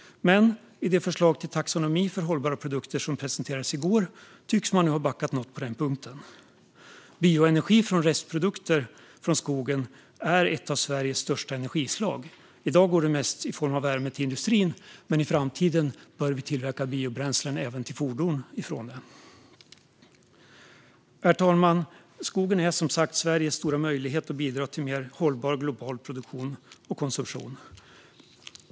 Men i det förslag till taxonomi för hållbara produkter som presenterades i går tycks man nu ha backat något på den punkten. Bioenergi från restprodukter från skogen är ett av Sveriges största energislag. I dag är det mest i form av värme till industrin, men i framtiden bör vi även tillverka biobränslen till fordon. Herr talman! Skogen utgör som sagt Sveriges stora möjlighet att bidra till en mer hållbar global produktion och konsumtion.